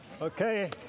Okay